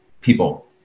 people